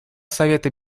совета